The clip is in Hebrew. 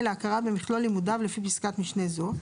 להכרה במכלול לימודיו לפי פסקת משנה זו,